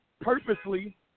Purposely